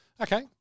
Okay